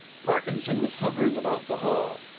parkinson was hovering about the hall.